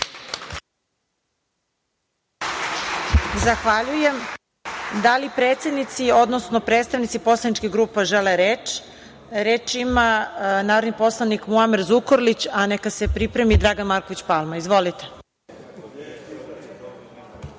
Zahvaljujem. Da li predsednici, odnosno predstavnici poslaničkih grupa žele reč? (Da.)Reč ima narodni poslanik Muamer Zukorlić, a neka se pripremi Dragan Marković Palma. Izvolite.